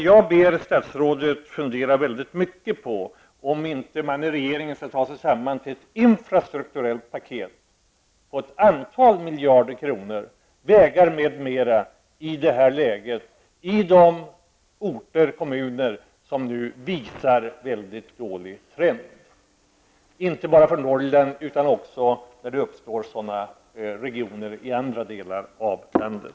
Jag ber statsrådet fundera mycket på om man inte i regeringen skall ta sig samman och gå ut med ett infrastrukturellt paket på ett antal miljarder kronor till vägar m.m. i det här läget för de orter och kommuner som visar en mycket dålig trend. Det skall inte bara gälla i Norrland, utan också när det uppstår sådana regioner i andra delar av landet.